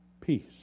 peace